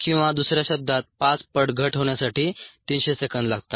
किंवा दुसऱ्या शब्दांत 5 पट घट होण्यासाठी 300 सेकंद लागतात